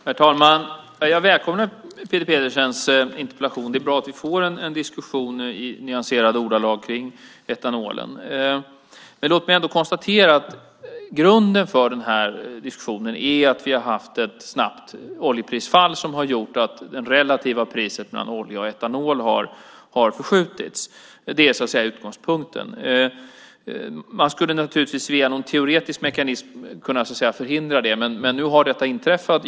Herr talman! Jag välkomnar Peter Pedersens interpellation. Det är bra att vi får en diskussion i nyanserade ordalag om etanolen. Låt mig ändå konstatera att grunden för denna diskussion är att vi har haft ett snabbt oljeprisfall som har gjort att det relativa priset mellan olja och etanol har förskjutits. Det är utgångspunkten. Man skulle naturligtvis via någon teoretisk mekanism kunna förhindra det, men nu har det inträffat.